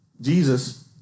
Jesus